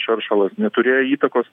šaršalas neturėjo įtakos